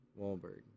Wahlberg